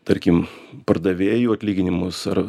tarkim pardavėjų atlyginimus ar